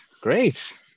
great